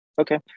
okay